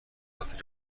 کافی